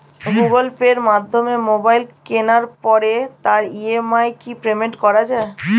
Google পের মাধ্যমে mobile কেনার পরে তার ই.এম.আই কি পেমেন্ট করা যায়?